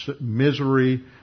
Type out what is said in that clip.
misery